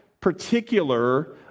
particular